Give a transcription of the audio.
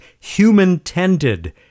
human-tended